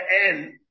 end